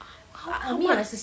how how what